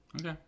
Okay